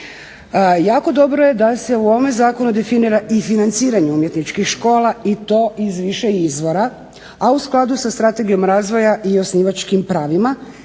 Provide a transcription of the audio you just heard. Jako dobro je da se u ovome zakonu definira i financiranje umjetničkih škola i to iz više izvora, a u skladu sa Strategijom razvoja i osnivačkim pravima